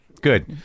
good